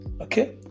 Okay